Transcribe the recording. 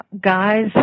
guys